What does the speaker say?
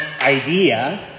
idea